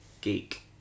geek